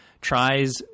tries